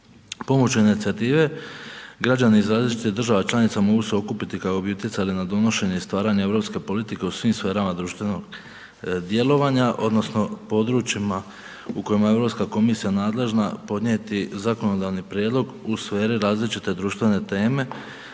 Pomoću inicijative građani iz različitih država članica mogu se okupiti kako bi utjecali na donošenje i stvaranje europske politike u svim sferama društvenog djelovanja odnosno područjima u kojima je Europska komisija nadležna podnijeti zakonodavni prijedlog u sferi različite društvene teme,